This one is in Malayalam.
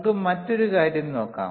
നമുക്ക് മറ്റൊരു കാര്യം നോക്കാം